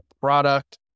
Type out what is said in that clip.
product